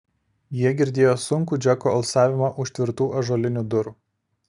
jie girdėjo sunkų džeko alsavimą už tvirtų ąžuolinių durų